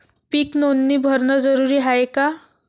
पीक नोंदनी भरनं जरूरी हाये का?